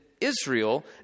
Israel